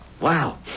wow